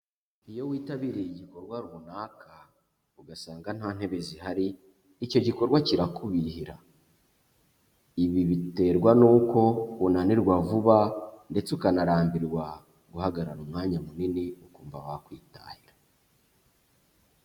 Iyo witabiriye igikorwa runaka ugasanga nta ntebe zihari icyo gikorwa kirakubihira, ibi biterwa n'uko unanirwa vuba ndetse ukanarambirwa guhagarara umwanya munini ukumva wakwitahira.